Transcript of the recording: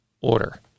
order